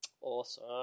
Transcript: Awesome